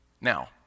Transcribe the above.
Now